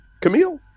camille